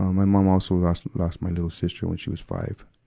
my mom also ah lost, lost my little sister when she was five